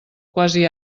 quasi